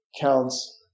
counts